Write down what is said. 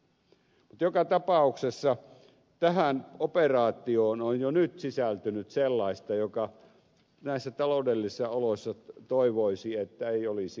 mutta joka tapauksessa tähän operaatioon on jo nyt sisältynyt sellaista josta näissä taloudellisissa oloissa toivoisi että se ei olisi ihan totta